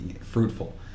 fruitful